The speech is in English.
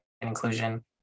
inclusion